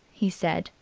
he said,